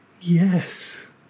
Yes